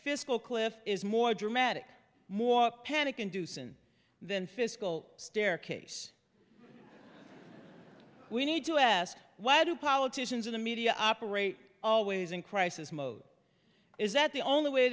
fiscal cliff is more dramatic more panic inducing than fiscal staircase we need to ask why do politicians or the media operate always in crisis mode is that the only way